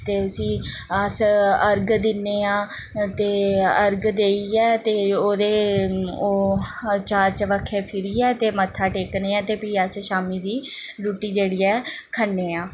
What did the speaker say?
ते उसी अस अर्ग दिन्ने आं ते अर्ग देइयै ते ओह्दे ओह् चार चबक्खें फिरियै ते मत्था टेकने आं ते फ्ही अस शामी दी रुट्टी जेह्ड़ी ऐ खन्नें आं